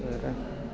വേറെ